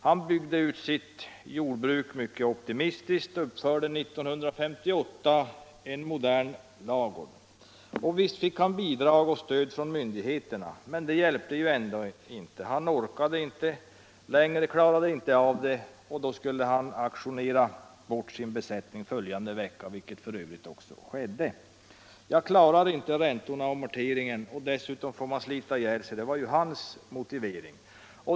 Han byggde ut sitt jordbruk mycket optimistiskt och hade 1958 uppfört en modern ladugård. Visst fick han bidrag och stöd från myndigheterna, men det hjälpte ändå inte. Han orkade inte längre; klarade inte av det. Och då skulle han auktionera bort sin besättning följande vecka, vilket f.ö. också skedde. Jag klarar inte räntorna och amorteringarna, och dessutom får man slita ihjäl sig, var hans motivering.